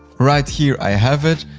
right here i have it.